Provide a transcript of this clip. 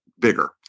bigger